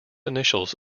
initials